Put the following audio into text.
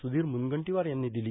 सुधीर मुनगंटीवार यांनी दिली